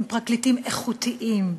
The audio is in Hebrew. הם פרקליטים איכותיים,